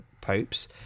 popes